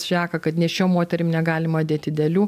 šneka kad nėščiom moterim negalima dėti dėlių